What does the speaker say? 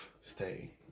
Stay